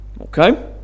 Okay